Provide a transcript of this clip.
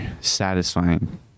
satisfying